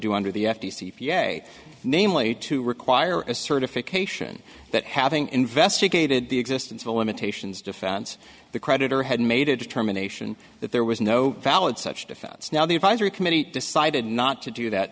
do under the f t c v a namely to require a certification that having investigated the existence of limitations defense the creditor had made a determination that there was no valid such defense now the advisory committee decided not to do that